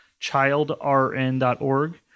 childrn.org